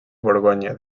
borgoña